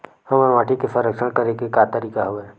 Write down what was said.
हमर माटी के संरक्षण करेके का का तरीका हवय?